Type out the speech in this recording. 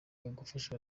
ugufasha